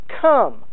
come